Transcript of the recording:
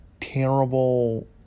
terrible